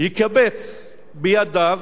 יקבץ בידיו